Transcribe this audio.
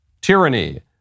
tyranny